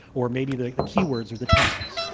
or maybe the the keywords, or the tags,